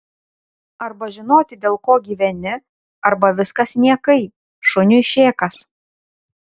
arba žinoti dėl ko gyveni arba viskas niekai šuniui šėkas